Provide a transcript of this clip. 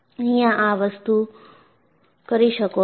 અહિયાં આ વસ્તુ કરી શકો છો